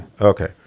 Okay